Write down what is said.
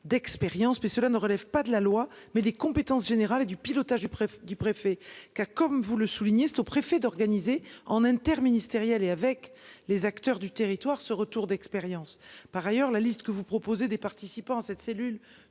qu'il en soit, cela relève non pas de la loi, mais des compétences générales et du pilotage du préfet. Comme vous le soulignez, c'est au préfet d'organiser en interministériel et avec les acteurs du territoire ce retour d'expérience. Par ailleurs, la liste des participants que vous